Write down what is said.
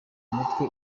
mutwe